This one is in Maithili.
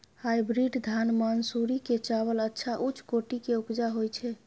हाइब्रिड धान मानसुरी के चावल अच्छा उच्च कोटि के उपजा होय छै?